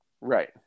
Right